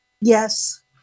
Yes